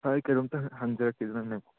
ꯁꯥꯔ ꯑꯩ ꯀꯩꯅꯣꯝꯇ ꯍꯪꯖꯔꯛꯀꯦꯗꯅꯅꯦ